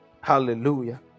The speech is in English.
Hallelujah